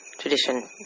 tradition